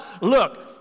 look